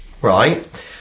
right